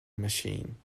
machine